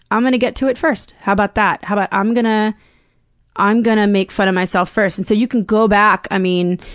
i'm gonna get to it first. how about that? how about, i'm gonna i'm gonna make fun of myself first. and so you can go back, i mean,